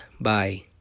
Bye